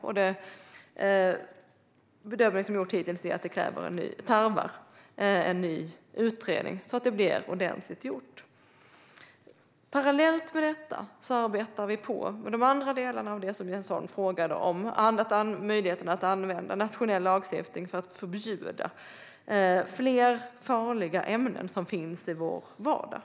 Och bedömningen som gjorts hittills är att det tarvar en ny utredning, så att det blir ordentligt gjort. Parallellt med detta arbetar vi på med de andra delarna som Jens Holm frågade om, bland annat möjligheten att använda nationell lagstiftning för att förbjuda fler farliga ämnen i vår vardag.